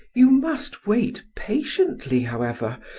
you must wait patiently, however,